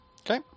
Okay